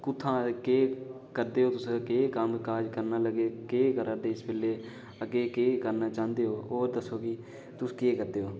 कुथां केह् करदे ओ तुस केह् काज करन लगे केह् करा दे इस बैल्ले अग्गै केह् करना चांह्दे ओ और दस्सो तुस केह् करदे ओ